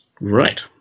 Right